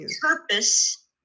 purpose